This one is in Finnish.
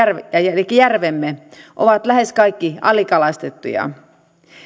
elikkä järvemme ovat lähes kaikki alikalastettuja